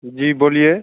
जी बोलिए